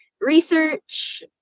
research